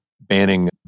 banning